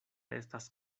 estas